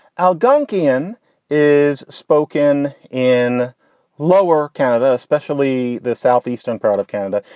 algonkin is spoken in lower canada, especially the southeastern part of canada.